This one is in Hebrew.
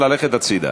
ללכת הצדה.